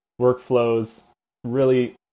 workflows—really